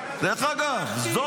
אני